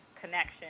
connection